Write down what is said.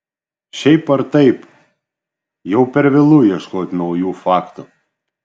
šiaip ar taip jau per vėlu ieškoti naujų faktų